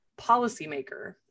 policymaker